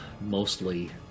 mostly